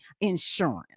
insurance